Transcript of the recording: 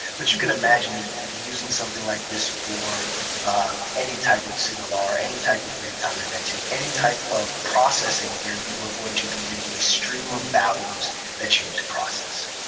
but you can imagine using something like this for ah any type of signal or any type of real-time inventing, any type of processing where you are going to be getting a stream of values that you need to process.